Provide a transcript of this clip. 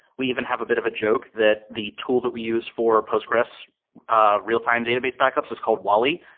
we even have a bit of a joke that the tool that we use for postgres ah real-time database backups is called wally,